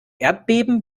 erdbeben